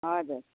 हजुर